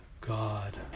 God